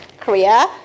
Korea